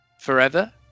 forever